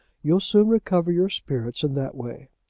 you'll soon recover your spirits in that way.